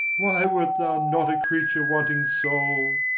why wert thou not a creature wanting soul?